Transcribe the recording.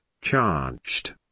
charged